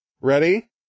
Ready